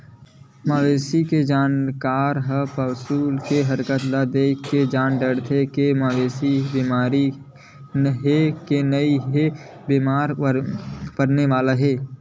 मवेशी के जानकार ह पसू के हरकत ल देखके जान डारथे के मवेशी ह बेमार हे नइते बेमार परने वाला हे